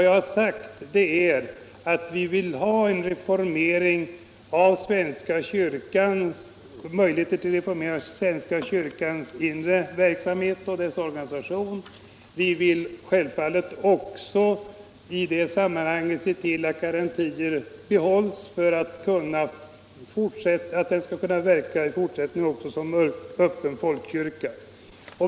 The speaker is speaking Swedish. Jag har sagt att vi vill ha möjligheter till en reformering av svenska kyrkans inre verksamhet och or = Förhållandet ganisation. Vi vill självfallet också i detta sammanhang se till att garantier — mellan stat och behålls för att kyrkan skall kunna verka också i fortsättningen som en — kyrka m.m. öppen folkkyrka.